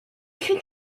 fut